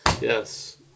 yes